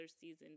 season